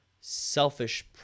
selfish